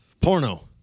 porno